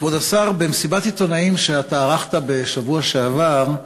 כבוד השר, במסיבת עיתונאים שערכת בשבוע שעבר,